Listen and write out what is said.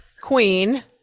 queen